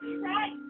Right